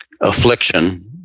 affliction